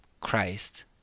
Christ